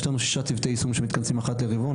יש לנו שישה צוותי יישום שמתכנסים אחת לרבעון,